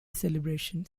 celebration